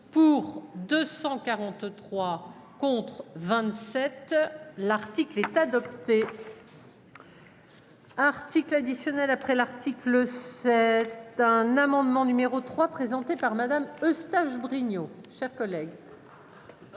Pour, 243 contre. L'article est adopté. Un article additionnel après l'article sept. Un amendement numéro 3 présenté par Madame Eustache-Brinio,